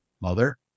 mother